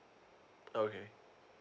okay